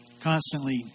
constantly